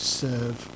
serve